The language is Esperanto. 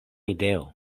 ideo